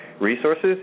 Resources